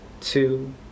two